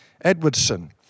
Edwardson